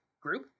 group